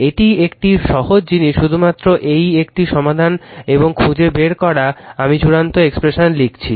এটি একটি সহজ জিনিস শুধুমাত্র এই একটি সমাধান এবং খুঁজে বের করা আমি চূড়ান্ত এক্সপ্রেশন লিখেছি